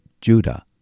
Judah